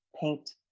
paint